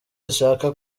zishaka